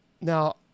now